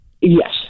Yes